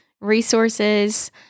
resources